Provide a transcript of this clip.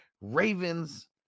Ravens